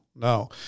No